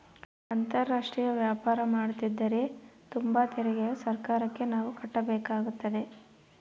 ಅಂತಾರಾಷ್ಟ್ರೀಯ ವ್ಯಾಪಾರ ಮಾಡ್ತದರ ತುಂಬ ತೆರಿಗೆಯು ಸರ್ಕಾರಕ್ಕೆ ನಾವು ಕಟ್ಟಬೇಕಾಗುತ್ತದೆ